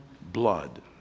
blood